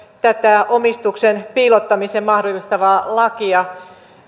tätä omistuksen piilottamisen mahdollistavaa lakia